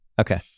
Okay